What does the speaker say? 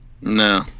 No